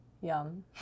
Yum